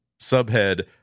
Subhead